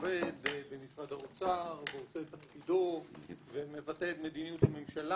עובד במשרד האוצר ועושה את תפקידו ומבטא את מדיניות הממשלה.